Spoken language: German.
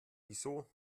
wieso